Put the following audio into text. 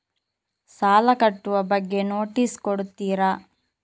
ಸಾಲ ಕಟ್ಟುವ ಬಗ್ಗೆ ನೋಟಿಸ್ ಕೊಡುತ್ತೀರ?